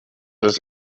das